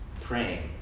praying